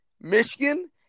Michigan